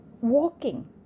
walking